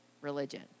religion